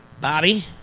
Bobby